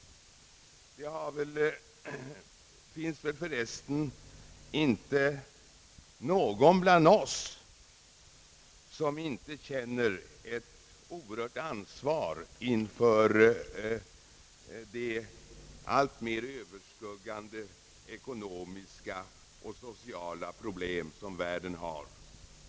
Det finns väl förresten inte någon bland oss som inte känner ett oerhört ansvar inför detta alltmer överskuggande ekonomiska och sociala problem som världen har.